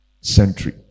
century